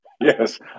yes